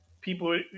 people